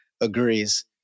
agrees